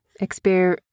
Exper